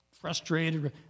frustrated